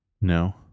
No